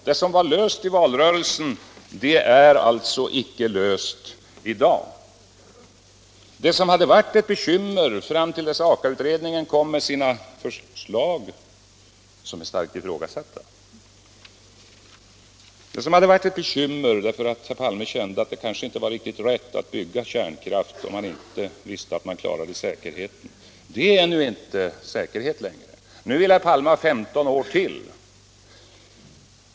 Det som var löst i valrörelsen är alltså inte löst i dag. Det som hade varit ett bekymmer tills AKA-utredningen kom med sina förslag — som är starkt ifrågasatta — det som hade varit ett bekymmer därför att herr Palme kände att det kanske inte var riktigt rätt att bygga kärnkraftverk om man inte visste att man klarade säkerheten, det är inte säkerhet längre. Nu vill herr Palme ha 15 år till.